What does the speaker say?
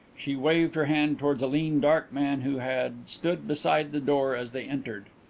she waved her hand towards a lean, dark man who had stood beside the door as they entered.